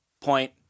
point